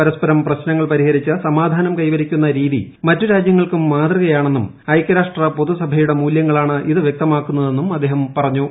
പരസ്പരം പ്രശ്നങ്ങൾ പരിഹരിച്ച് സമാധാനം കൈവരിക്കുന്ന രീതി രാജ്യങ്ങൾക്കും മാതൃകയാണെന്നും ഐക്യരാഷ്ട്ര മറ്റ് പൊതുസഭയുടെ മൂലൃങ്ങളാണ് ഇത് വൃക്തമാക്കുന്നതെന്നം അദ്ദേഹം പറഞ്ഞു